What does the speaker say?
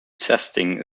testing